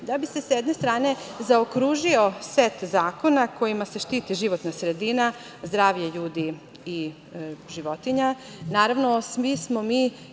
da bi se sa jedne strane zaokružio set zakona kojima se štiti životna sredina, zdravlje ljudi i životinja. Naravno, svi smo mi,